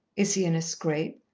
is he in a scrape?